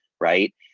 right